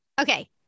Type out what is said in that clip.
Okay